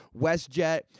WestJet